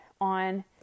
on